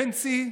בנצי,